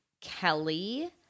Kelly